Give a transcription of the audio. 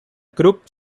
group